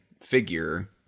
figure